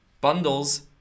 bundles